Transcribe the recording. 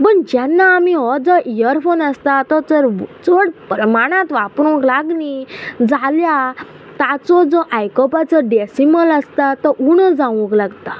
पण जेन्ना आमी हो जो इयरफोन आसता तो चर चड प्रमाणांत वापरूंक लागली जाल्या ताचो जो आयकपाचो डेसिमल आसता तो उणो जावंक लागता